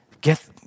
get